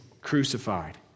crucified